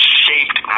shaped